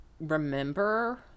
remember